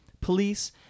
police